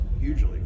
hugely